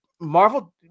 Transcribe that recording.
Marvel